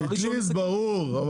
אטליז זה ברור.